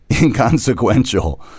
inconsequential